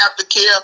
Aftercare